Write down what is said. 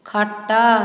ଖଟ